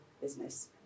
business